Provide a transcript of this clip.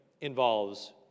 involves